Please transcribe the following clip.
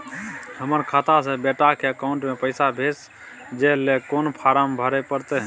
हमर खाता से बेटा के अकाउंट में पैसा भेजै ल कोन फारम भरै परतै?